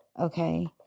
okay